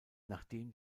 nachdem